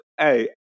hey